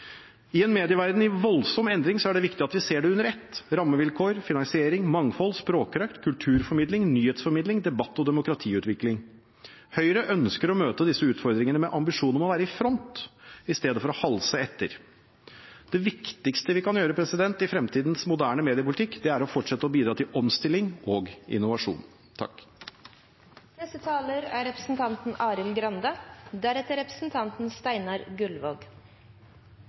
I en medieverden i voldsom endring er det viktig at vi ser det hele under ett: rammevilkår, finansiering, mangfold, språkrøkt, kulturformidling, nyhetsformidling, debatt og demokratiutvikling. Høyre ønsker å møte disse utfordringene med ambisjon om å være i front i stedet for å halse etter. Det viktigste vi kan gjøre i fremtidens moderne mediepolitikk, er å fortsette å bidra til omstilling og innovasjon.